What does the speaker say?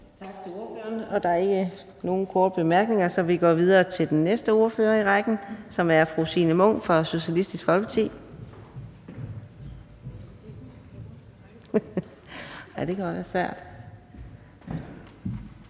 Tak til ordføreren. Der er ikke nogen korte bemærkninger, så vi går videre til næste ordfører i rækken, som er fru Signe Munk fra Socialistisk Folkeparti. Værsgo.